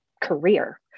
career